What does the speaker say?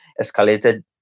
escalated